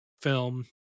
film